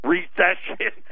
Recession